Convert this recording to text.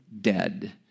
dead